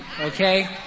okay